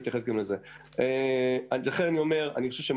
אני אתייחס.